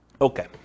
Okay